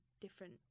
different